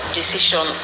decision